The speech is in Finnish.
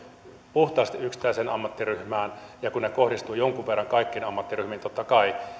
puhtaasti yksittäiseen ammattiryhmään ja että kun ne kohdistuvat jonkun verran kaikkiin ammattiryhmiin totta kai niin